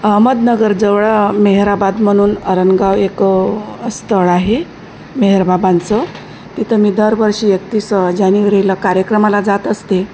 अहमदनगरजवळ मेहराबाद म्हणून अरणगाव एक स्थळ आहे मेहरबाबांचं तिथं मी दरवर्षी एकतीस जानेवारीला कार्यक्रमाला जात असते